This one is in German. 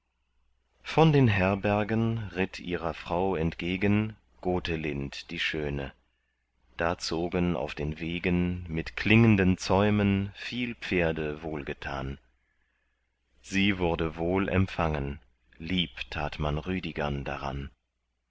von den herbergen ritt ihrer frau entgegen gotelind die schöne da zogen auf den wegen mit klingenden zäumen viel pferde wohlgetan sie wurde wohl empfangen lieb tat man rüdigern daran